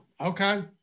Okay